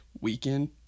weekend